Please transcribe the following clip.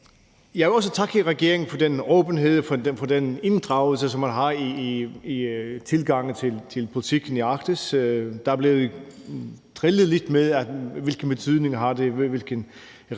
Jeg vil også takke regeringen for den åbenhed og inddragelse, som man har i tilgangen til politikken i Arktis. Der er blevet drillet lidt med, hvilken betydning det har, hvilken